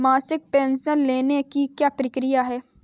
मासिक पेंशन लेने की क्या प्रक्रिया है?